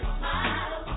smile